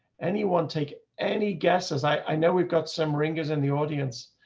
anyone take any guesses. i know we've got some wrinkles in the audience,